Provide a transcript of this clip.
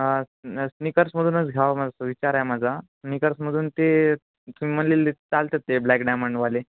हा स्न स्निकर्समधूनच घ्यावं माझा विचार आहे माझा स्निकर्समधून ते तुम्ही म्हटलेले चालतात ते ब्लॅक डायमंडवाले